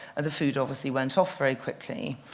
and the food obviously went off very quickly.